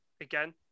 again